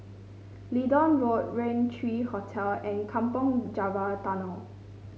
Leedon Road Raintr Hotel and Kampong Java Tunnel